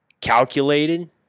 calculated